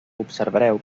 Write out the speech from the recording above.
observareu